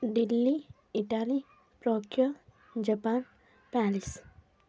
Delhi Italy Tokyo Japan Paris